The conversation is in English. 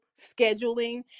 scheduling